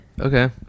Okay